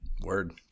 Word